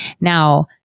Now